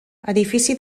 edifici